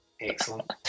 excellent